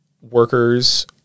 workers